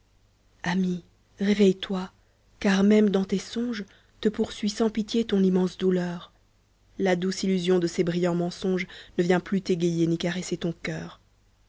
ami réveille-toi car même dans tes songes te poursuit sans pitié ton immense douleur la douce illusion de ses brillants mensonges ne vient plus t'égayer ni caresser ton coeur